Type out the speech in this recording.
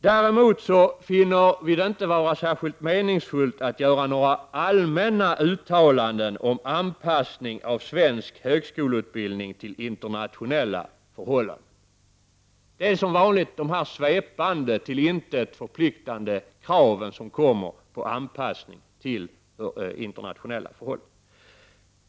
Däremot finner vi det inte vara särskilt meningsfullt att göra några allmänna uttalanden om anpassning av svensk högskoleutbildning till internationella förhållanden. Det är som vanligt de svepande, till intet förpliktande kraven på anpassning till internationella förhållanden som reses.